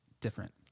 different